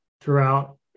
throughout